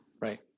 Right